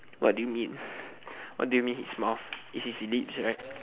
what do you mean what do you mean his mouth is his lips right